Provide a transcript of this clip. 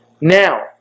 Now